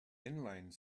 inline